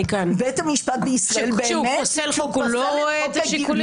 שהוא פוסל חוק, הוא לא רואה את השיקולים?